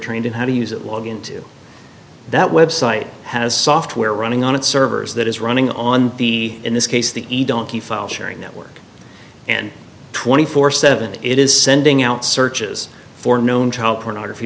trained in how to use it logon to that website has software running on its servers that is running on the in this case the file sharing network and twenty four seventh's it is sending out searches for known child pornography